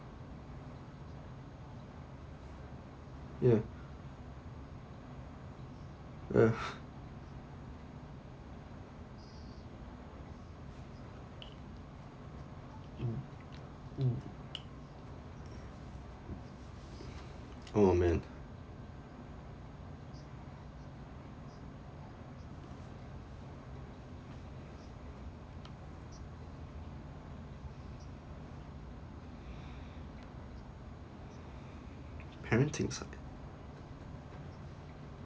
ya ya mm oh man parenting side